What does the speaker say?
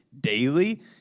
daily